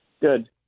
Good